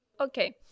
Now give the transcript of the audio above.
Okay